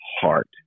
heart